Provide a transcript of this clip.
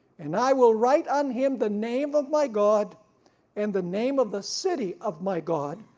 and i will write on him the name of my god and the name of the city of my god,